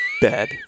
bed